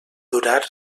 durar